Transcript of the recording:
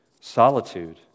solitude